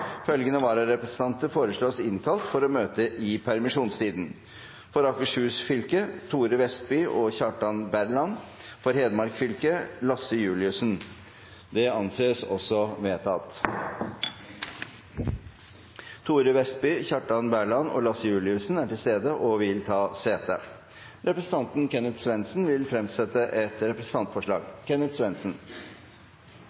Følgende vararepresentanter innkalles for å møte i permisjonstiden: For Akershus fylke: Thore Vestby og Kjartan BerlandFor Hedmark fylke: Lasse Juliussen Thore Vestby, Kjartan Berland og Lasse Juliussen er til stede og vil ta sete. Representanten Kenneth Svendsen vil fremsette et representantforslag.